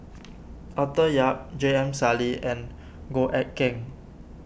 Arthur Yap J M Sali and Goh Eck Kheng